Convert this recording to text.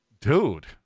dude